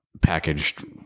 packaged